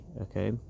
okay